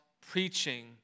preaching